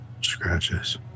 scratches